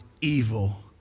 evil